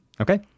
Okay